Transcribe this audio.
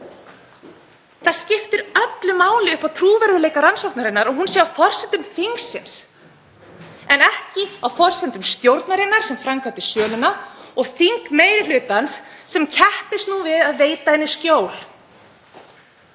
Það skiptir öllu máli upp á trúverðugleika rannsóknarinnar að hún sé á forsendum þingsins en ekki á forsendum stjórnarinnar sem framkvæmdi söluna og þingmeirihlutans sem keppist nú við að veita henni skjól.